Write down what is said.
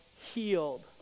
healed